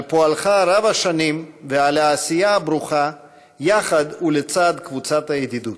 על פועלך רב השנים ועל העשייה הברוכה יחד ולצד קבוצת הידידות.